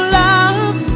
love